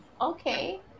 okay